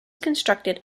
constructed